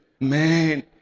Man